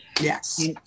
Yes